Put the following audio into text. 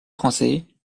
français